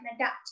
adapt